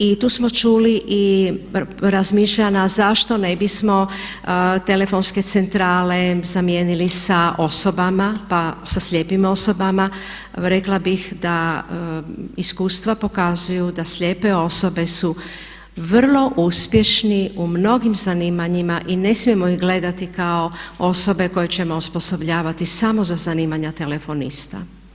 I tu smo čuli i razmišljanja zašto ne bismo telefonske centrale zamijenili sa osobama, sa slijepim osobama, rekla bih da iskustva pokazuju da slijepe osobe su vrlo uspješni u mnogim zanimanjima i ne smijemo ih gledati kao osobe koje ćemo osposobljavati samo za zanimanja telefonista.